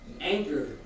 anger